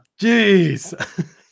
jeez